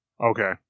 Okay